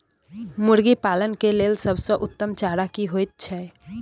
मुर्गी पालन के लेल सबसे उत्तम चारा की होयत छै?